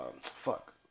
fuck